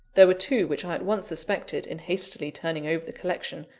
there were two which i at once suspected, in hastily turning over the collection,